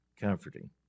comforting